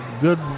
good